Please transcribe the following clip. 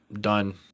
done